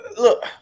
look